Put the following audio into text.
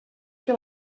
que